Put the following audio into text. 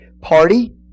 party